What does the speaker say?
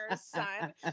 son